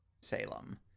Salem